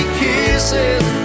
kisses